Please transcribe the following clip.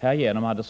Härigenom hade